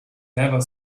never